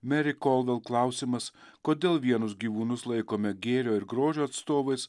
meri koldel klausimas kodėl vienus gyvūnus laikome gėrio ir grožio atstovais